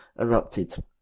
erupted